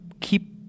keep